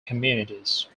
communities